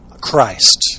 Christ